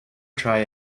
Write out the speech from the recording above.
try